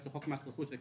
נכון.